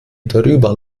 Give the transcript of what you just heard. darüber